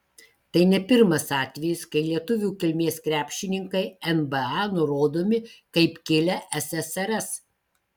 tai ne pirmas atvejis kai lietuvių kilmės krepšininkai nba nurodomi kaip kilę ssrs